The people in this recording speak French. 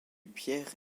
pierre